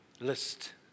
list